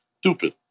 stupid